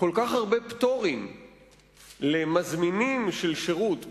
כל כך הרבה פטורים למזמינים של שירות,